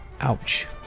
Ouch